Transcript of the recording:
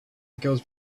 that